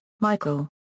Michael